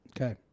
Okay